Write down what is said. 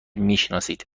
میشناسید